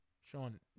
Sean